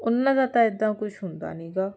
ਉਹਨਾਂ ਦਾ ਤਾਂ ਇੱਦਾਂ ਕੁਛ ਹੁੰਦਾ ਨਹੀਂ ਗਾ